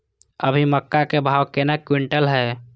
अभी मक्का के भाव केना क्विंटल हय?